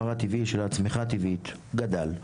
הפער הטבעי של הצמיחה הטבעית גדל.